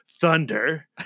thunder